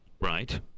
Right